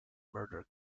murder